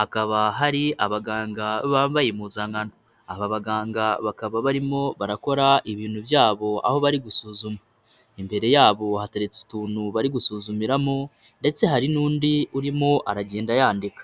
hakaba hari abaganga bambaye impuzankano, aba baganga bakaba barimo barakora ibintu byabo aho bari gusuzuma, imbere yabo hateretse utuntu bari gusuzumiramo ndetse hari n'undi urimo aragenda yandika.